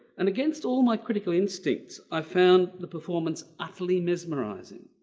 and against all my critical instincts i found the performance utterly mesmerizing.